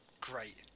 great